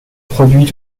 produit